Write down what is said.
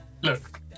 Look